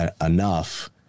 enough